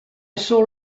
saw